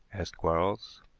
asked quarles.